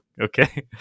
okay